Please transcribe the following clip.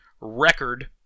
record